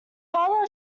father